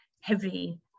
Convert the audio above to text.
heavy